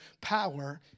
power